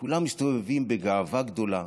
כולם מסתובבים בגאווה גדולה,